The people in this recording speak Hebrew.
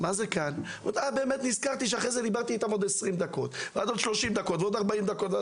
היא נזכרה שהיא דיברה איתם עוד שלושים דקות ועוד ארבעים דקות.